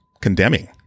condemning